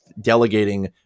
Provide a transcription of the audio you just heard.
delegating